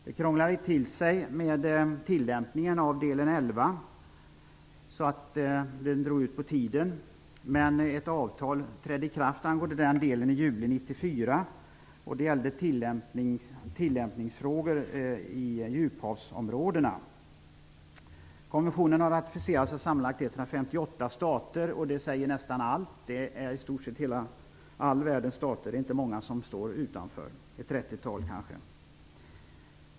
Det krånglade till sig med tillämpningen av del XI och drog ut på tiden. Ett avtal angående den delen trädde i kraft i juli 1994. Det gällde tillämpningsfrågor i djuphavsområdena. stater. Det säger nästan allt. Det är i stort sett all världens stater. Det är inte många som står utanför, kanske ett trettiotal.